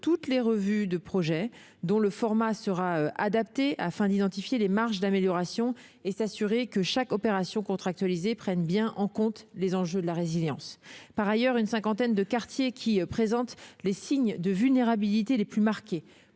toutes les revues de projet, dont le format sera adapté, afin d'identifier les marges d'amélioration et de s'assurer que chaque opération contractualisée prenne bien en compte les enjeux de la résilience. Par ailleurs, une cinquantaine de quartiers qui présentent les signes de vulnérabilité les plus marqués